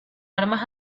armas